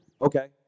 okay